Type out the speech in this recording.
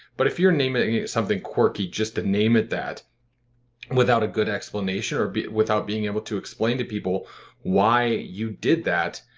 but if you're naming it something quirky, just the name it that without a good explanation or without being able to explain to people why you did that,